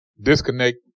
disconnect